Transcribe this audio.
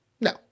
No